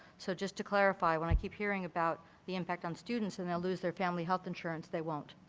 so just to clarify. when i keep hearing about the impact on student and they'll lose their family health insurance, they won't.